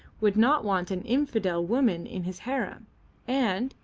would not want an infidel woman in his harem and,